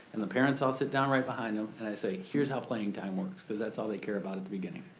and the parents all sit down right behind em, and i say here's how playing time works. cause that's all they care about at the beginning.